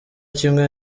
kimwe